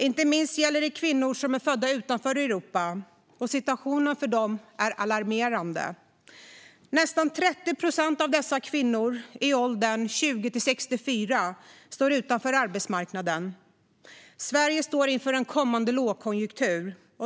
Inte minst gäller det kvinnor som är födda utanför Europa. Situationen för dem är alarmerande. Nästan 30 procent av dessa kvinnor i åldrarna 20-64 står utanför arbetsmarknaden. Sverige står inför en kommande lågkonjunktur.